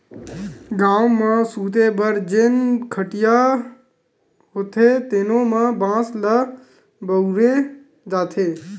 गाँव म सूते बर जेन खटिया होथे तेनो म बांस ल बउरे जाथे